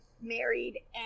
married